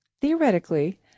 Theoretically